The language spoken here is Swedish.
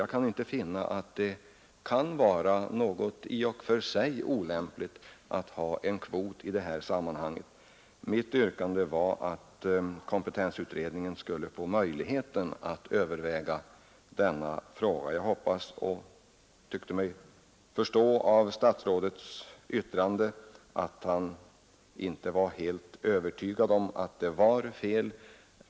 Jag kan inte finna att det skulle vara något i och för sig olämpligt att ha en kvot för personer med fysiska handikapp. Min tanke är alltjämt att kompetensutredningen borde få möjlighet att överväga denna fråga. Jag hoppas att det blir så. Jag tyckte mig av statsrådets yttrande förstå att han inte var helt övertygad om att det skulle vara fel.